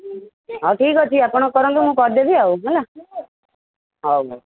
ହଉ ଠିକ୍ ଅଛି ଆପଣ କରନ୍ତୁ ମୁଁ କରିଦେବି ଆଉ ହେଲା ହଉ ହଉ